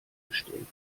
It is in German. bestellt